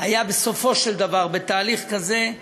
היה בסופו של דבר בתהליך כזה,